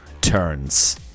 turns